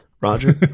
Roger